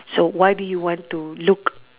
so why do you want to look